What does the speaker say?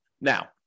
Now